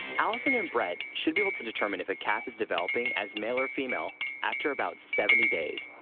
alison and bret should be able to determine if a calf is developing as male or female after about seventy days.